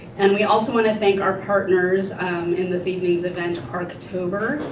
and we also want to thank our partners in this evening's event, archtober,